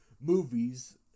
movies